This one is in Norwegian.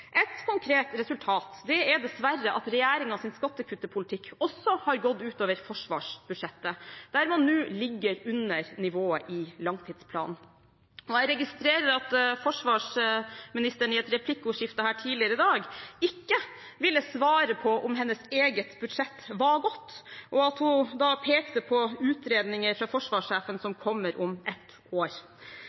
et replikkordskifte her tidligere i dag ikke ville svare på om hennes eget budsjett var godt, og at hun i stedet pekte på utredninger fra forsvarssjefen som kommer om ett år.